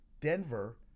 Denver